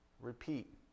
Repeat